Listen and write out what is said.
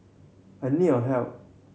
I need your help